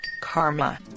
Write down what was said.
karma